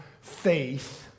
faith